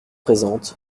présentes